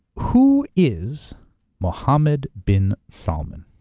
who is mohammed bin salmen?